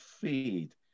feed